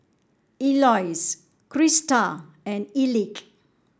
Eloise Christa and Elick